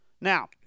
Now